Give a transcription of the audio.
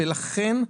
לכן,